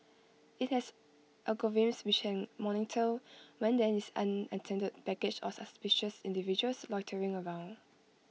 IT has algorithms which can monitor when there is unattended baggage or suspicious individuals loitering around